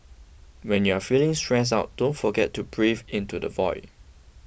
when you are feeling stressed out don't forget to breathe into the void